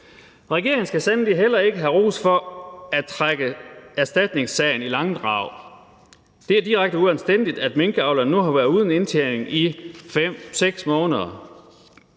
Regeringen skal sandelig heller ikke have ros for at trække erstatningssagen i langdrag. Det er direkte uanstændigt, at minkavlerne nu har været uden indtjening i 5-6 måneder.